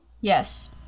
Yes